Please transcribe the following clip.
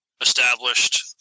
established